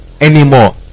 anymore